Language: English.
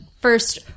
first